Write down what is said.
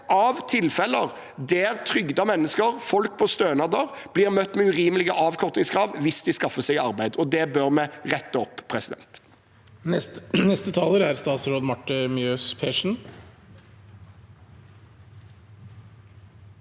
av tilfeller der trygdete mennesker, folk på stønader, blir møtt med urimelige avkortingskrav hvis de skaffer seg arbeid. Det bør vi rette opp. Statsråd Marte Mjøs Persen